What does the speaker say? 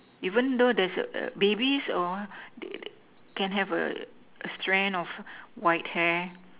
even though these err babies all can have a a strand of white hair